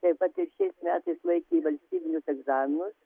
taip pat ir šiais metais laikė valstybinius egzaminus